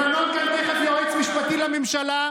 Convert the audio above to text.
למנות כאן תכף יועץ משפטי לממשלה,